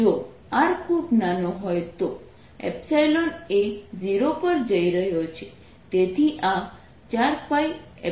જો r ખૂબ જ નાનો હોય તો એ 0 પર જઈ રહ્યો છે તેથી આ 4πC0 છે